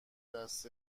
دست